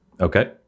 Okay